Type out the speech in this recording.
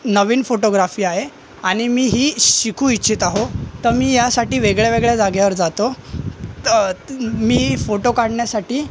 नवीन photography आहे आणि मी ही शिकू इच्छित आहो तर मी ह्यासाठी वेगळ्या वेगळ्या जागेवर जातो तर मी फोटो काढण्यासाठी